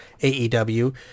AEW